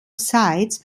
sites